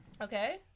Okay